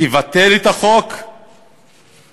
תבטל את החוק מהיסוד.